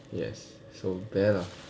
yes so bear lah